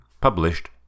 published